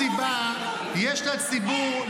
איך אתה קשור לחופש ביטוי?